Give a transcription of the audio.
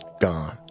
gone